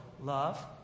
love